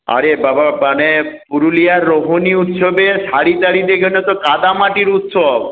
আরে বাবা মানে পুরুলিয়ার রোহিনী উৎসবে শাড়ি টাড়ি তো এখানে তো কাদামাটির উৎসব